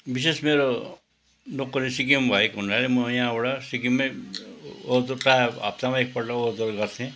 विशेष मेरो नोकरी सिक्किम भएको हुनाले मो यहाँबाट सिक्किम नै ओहोरदोहोर प्राय हफ्तामा एकपल्ट ओहोरदोहोर गर्थेँ